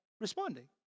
responding